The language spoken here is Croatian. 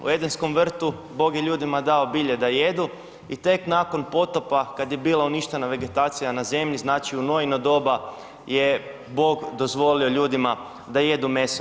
U Edenskom vrtu, Bog je ljudima dao bilje da jedu i tek nakon potopa kad je bila uništena vegetacija na zemlji, znači u Noino doba je Bog dozvolio ljudima da jedu meso.